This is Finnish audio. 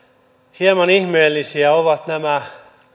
hieman ihmeellisiä ovat